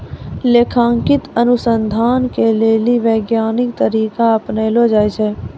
लेखांकन अनुसन्धान के लेली वैज्ञानिक तरीका अपनैलो जाय छै